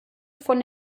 von